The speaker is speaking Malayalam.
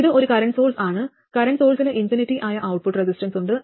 ഇത് ഒരു കറന്റ് സോഴ്സ് ആണ് കറന്റ് സോഴ്സിന് ഇൻഫിനിറ്റി ആയ ഔട്ട്പുട്ട് റെസിസ്റ്റൻസുണ്ട്